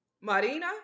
Marina